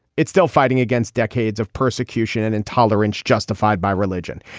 it's still fighting against decades of persecution and intolerance justified by religion.